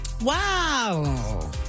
Wow